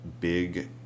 big